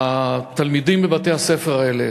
התלמידים בבתי-הספר האלה